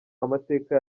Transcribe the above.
amateka